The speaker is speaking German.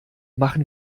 machen